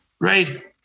Right